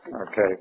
Okay